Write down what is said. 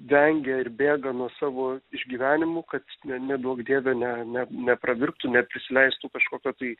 vengia ir bėga nuo savo išgyvenimų kad ne neduok dieve ne ne nepravirktų neprisileistų kažkokio tai